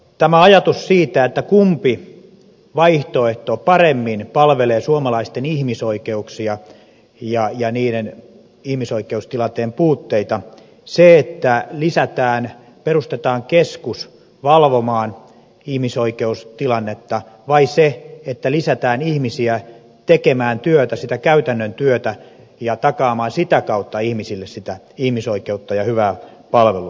tämä ajatus siitä on tärkeä kumpi vaihtoehto paremmin palvelee suomalaisten ihmisoikeuksia ja niiden ihmisoikeustilanteiden puutteita sekö että lisätään perustetaan keskus valvomaan ihmisoi keustilannetta vai se että lisätään ihmisiä tekemään työtä sitä käytännön työtä ja takaamaan sitä kautta ihmisille sitä ihmisoikeutta ja hyvää palvelua